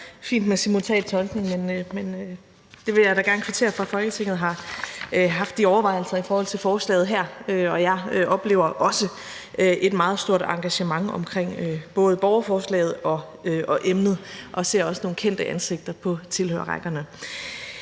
fint med simultantolkning, men jeg vil da gerne kvittere for, at Folketinget har haft de overvejelser i forhold til det her forslag, og jeg oplever også et meget stort engagement omkring både borgerforslaget og emnet og ser også nogle kendte ansigter på tilhørerrækkerne.